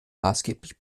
maßgeblich